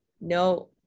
no